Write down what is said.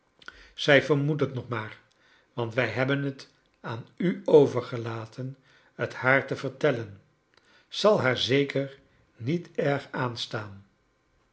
zij vermoedt het nog maar want wij hebben t aan u overgelaten t haar te vertellen zal haar zeker niet erg aa